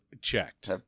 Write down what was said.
checked